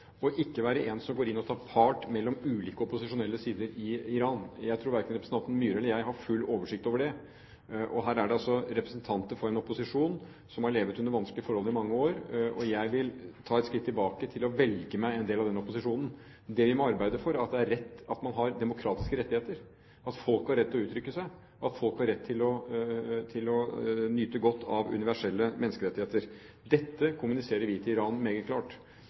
ikke være en som går inn og tar parti blant ulike opposisjonelle sider i Iran. Jeg tror verken representanten Myhre eller jeg har full oversikt over det. Her er det altså representanter for en opposisjon som har levd under vanskelige forhold i mange år. Og jeg vil ta et skritt tilbake til å velge meg en del av denne opposisjonen. Det vi må arbeide for, er at man har demokratiske rettigheter, at folk har rett til å uttrykke seg og at folk har rett til å nyte godt av universelle menneskerettigheter. Dette kommuniserer vi til Iran meget klart.